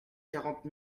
quarante